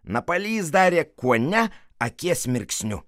napalys darė kuone akies mirksniu